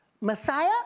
Messiah